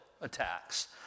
attacks